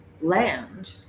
land